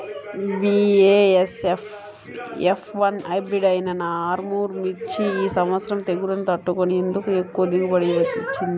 BASF F one hybrid అయినా Armour మిర్చి ఈ సంవత్సరం తెగుళ్లును తట్టుకొని ఎందుకు ఎక్కువ దిగుబడి ఇచ్చింది?